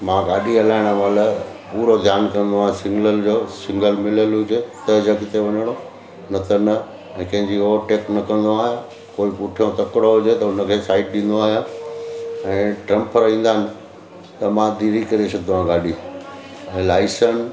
मां गाॾी हलाइणु महिल पूरो ध्यानु कंदो आहियां सिग्नल जो सिग्नल मिलियलु हुजे त जो अॻिते वञिणो न त ऐं कंहिंजी ओवरटेक न करिणो आहियां कोई पुठियों तकिड़ो हुजे त उन खे साइड ॾींदो आहियां ऐं ट्रंप ईंदा आहिनि त मां धीरे करे छॾिंदो आहियां गाॾी ऐं लाईसेंस